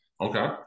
Okay